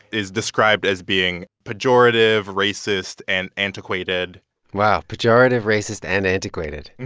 is described as being pejorative, racist and antiquated wow. pejorative, racist and antiquated.